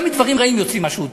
גם מדברים רעים יוצא משהו טוב.